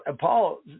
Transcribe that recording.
Paul